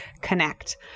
connect